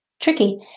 tricky